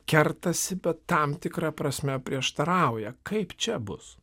kertasi bet tam tikra prasme prieštarauja kaip čia bus